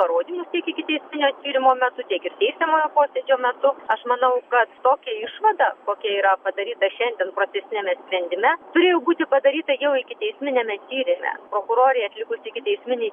parodymus tiek ikiteisminio tyrimo metu tiek ir teisiamojo posėdžio metu aš manau kad tokia išvada kokia yra padaryta šiandien procesiniame sprendime turėjo būti padaryta jau ikiteisminiame tyrime prokurorė atlikusi ikiteisminį tyrimą